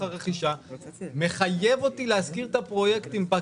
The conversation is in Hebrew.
הרכישה מחייב אותי להשכיר את הפרויקטים.